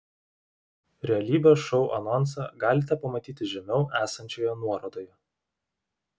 realybės šou anonsą galite pamatyti žemiau esančioje nuorodoje